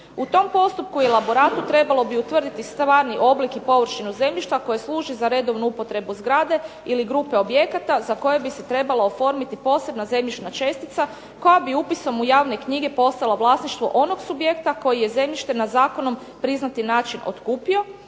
U tom postupku elaboratu trebalo bi utvrditi stvarni oblik i površinu zemljišta koje služi za redovnu upotrebu zgrade ili grupe objekata za koje bi se trebalo oformiti posebna zemljišna čestica koja bi upisom u javne knjige postala vlasništvo onog subjekta koji je zemljište na zakonom priznati način otkupio